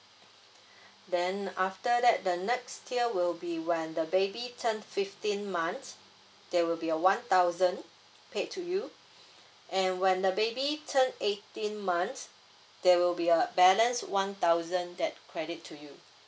then after that the next year will be when the baby turned fifteen months there will be a one thousand paid to you and when the baby turned eighteen months there will be a balance one thousand that credit to you